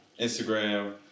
Instagram